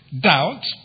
doubt